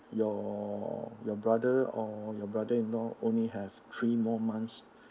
your your brother or your brother in law only have three more months